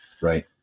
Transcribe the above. Right